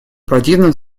противном